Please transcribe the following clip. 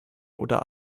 oder